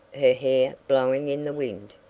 her hair blowing in the wind.